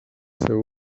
seu